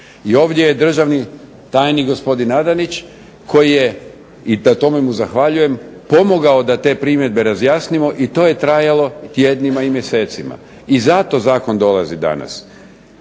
i ovdje je državni tajnik gospodin Adanić koji je, i na tome mu zahvaljujem, pomogao da te primjedbe razjasnimo i to je trajalo tjednima i mjesecima. I zato zakon dolazi danas.